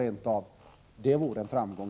Det vore i så fall en framgång.